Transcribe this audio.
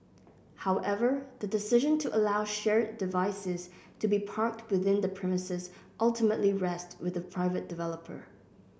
however the decision to allow shared devices to be parked within the premises ultimately rests with the private developer